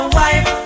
wife